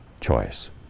choice